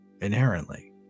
inherently